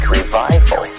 revival